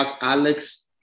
Alex